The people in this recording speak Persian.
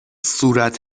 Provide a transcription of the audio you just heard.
صورت